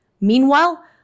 Meanwhile